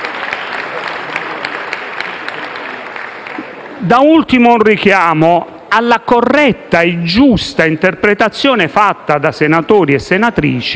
faccio un richiamo alla corretta interpretazione fatta da senatori e senatrici